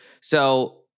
So-